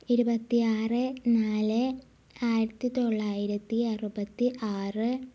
ഇരുപത്തിയാറ് നാല് ആയിരത്തി തൊള്ളായിരത്തി അറുപത്തി ആറ്